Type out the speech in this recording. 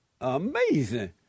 Amazing